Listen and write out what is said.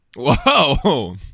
whoa